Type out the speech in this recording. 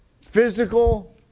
physical